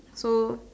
so